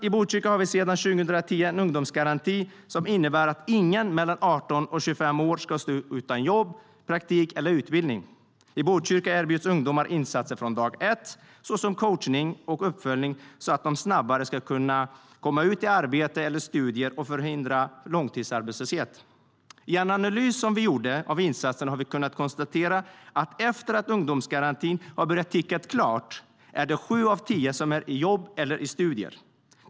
I Botkyrka har vi sedan 2010 en ungdomsgaranti som innebär att ingen mellan 18 och 25 år ska stå utan jobb, praktik eller utbildning. I Botkyrka erbjuds ungdomar insatser från dag ett, såsom coachning och uppföljning, så att de snabbare ska kunna komma ut i arbete eller studier och så att långtidsarbetslöshet ska förhindras. I en analys av insatserna som vi gjorde har vi kunnat konstatera att sju av tio är i jobb eller i studier efter det att ungdomsgarantin har tickat klart.